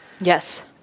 Yes